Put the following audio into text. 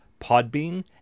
Podbean